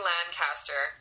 Lancaster